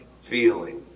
feeling